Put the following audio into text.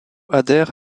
adhère